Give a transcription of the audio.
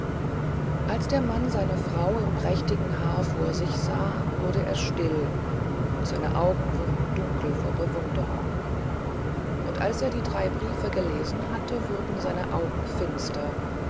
als der mann seine frau im prächtigen haar vor sich sah wurde er still und seine augen wurden dunkel vor bewunderung und als er die drei briefe gelesen hatte wurden seine augen finster